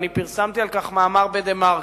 פרסמתי על כך מאמר ב"דה-מרקר".